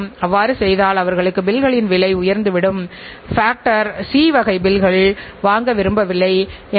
எல்லா இடங்களிலும் உங்களுக்கு சரியான தரமான தயாரிப்புகள் தேவை